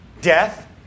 death